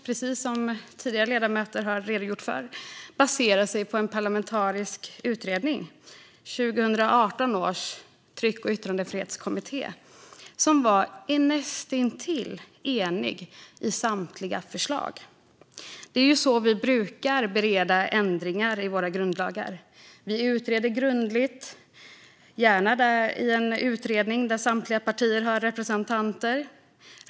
Precis som tidigare ledamöter har redogjort för baserar sig förslagen på en parlamentarisk utredning, 2018 års tryck och yttrandefrihetskommitté, som var näst intill enig om samtliga förslag. Det är så vi brukar bereda ändringar i våra grundlagar. Vi utreder grundligt, gärna i en utredning där samtliga partier har representanter.